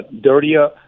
dirtier